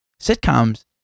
sitcoms